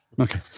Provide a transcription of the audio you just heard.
Okay